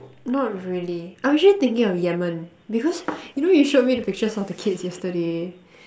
not really I'm actually thinking of Yemen because you know you showed me the pictures of the kids yesterday